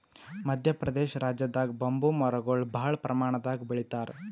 ಮದ್ಯ ಪ್ರದೇಶ್ ರಾಜ್ಯದಾಗ್ ಬಂಬೂ ಮರಗೊಳ್ ಭಾಳ್ ಪ್ರಮಾಣದಾಗ್ ಬೆಳಿತಾರ್